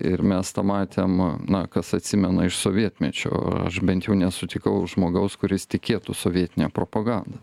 ir mes tą matėm na kas atsimena iš sovietmečio aš bent jau nesutikau žmogaus kuris tikėtų sovietine propaganda